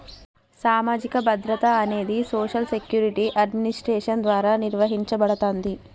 సామాజిక భద్రత అనేది సోషల్ సెక్యూరిటీ అడ్మినిస్ట్రేషన్ ద్వారా నిర్వహించబడతాంది